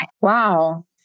Wow